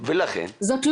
אלינו